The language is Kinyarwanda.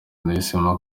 nahisemo